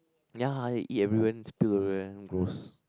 ya eat everywhere spill everywhere gross